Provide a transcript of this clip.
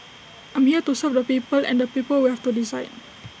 I'm here to serve the people and the people will have to decide